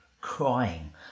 crying